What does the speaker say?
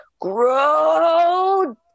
grow